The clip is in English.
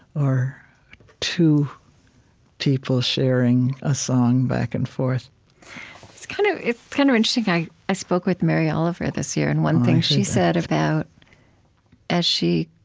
or two people sharing a song back and forth it's kind of it's kind of interesting. i i spoke with mary oliver this year, and one thing she said about as she